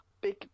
big